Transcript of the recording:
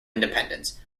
independence